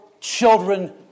children